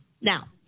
Now